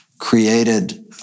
created